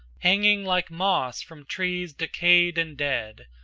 hanging like moss from trees decayed and dead,